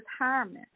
retirement